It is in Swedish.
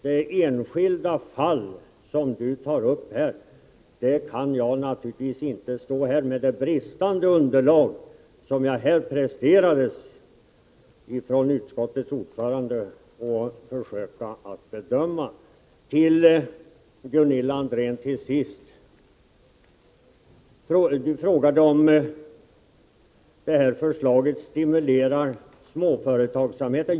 Det enskilda fall Karin Ahrland tar upp kan jag naturligtvis inte, med det bristande underlag som presenterades av utskottets ordförande, stå här och försöka bedöma. Gunilla André frågade till sist om förslaget stimulerar småföretagsamheten.